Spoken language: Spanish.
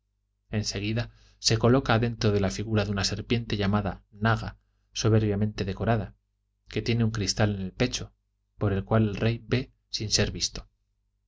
uida se coloca dentro de la figura de una serpiente llamada naga soberbiamente decorada que tiene un cristal en el pecho por el cual el rey ve sin ser visto